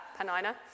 Panina